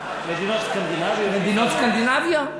מדינות סקנדינביה.